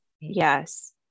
Yes